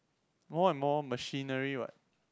more and more machinery what